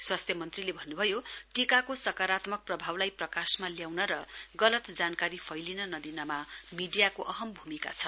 स्वास्थ्य मन्त्रीले भन्नुभयो टीकाको सकारात्मक प्रभावलाई प्रकाशमा ल्याउन र गलत जानकारी फैलिन नदिनमा मीडियाको अहम भूमिका छ